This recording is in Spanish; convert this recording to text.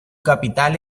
capital